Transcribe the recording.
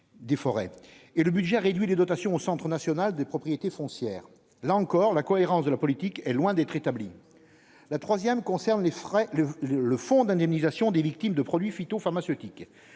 et le budget réduit les dotations au Centre national des propriétés foncières, là encore, la cohérence de la politique est loin d'être rétabli la 3ème concerne les frais le le fonds d'indemnisation des victimes de produits phytopharmaceutiques,